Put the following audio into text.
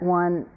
one